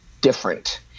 different